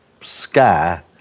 sky